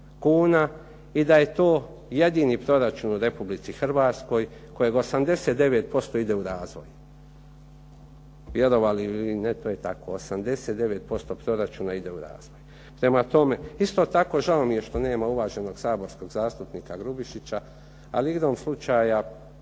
i da je to jedini proračun u RH kojeg 89% ide u razvoj. Vjerovali vi ili ne to je tako, 89% proračuna ide u razvoj. Prema tome, isto tako žao mi je što nema uvaženog saborskog zastupnika Grubišića, ali igrom slučaja